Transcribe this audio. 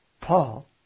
Paul